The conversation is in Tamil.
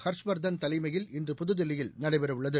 ஹர்ஷ்வர்தன் தலைமையில் இன்று புதுதில்லியில் நடைபெறவுள்ளது